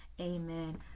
Amen